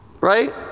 right